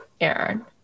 Aaron